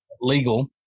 legal